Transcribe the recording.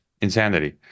insanity